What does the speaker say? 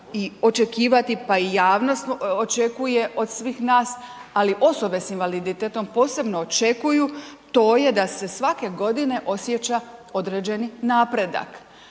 i očekivati pa i javnost očekuje od svih nas, ali osobe sa invaliditetom posebno očekuju, to je da se svake godine osjeća određeni napredak